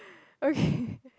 okay